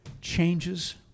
changes